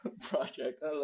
project